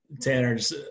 Tanner's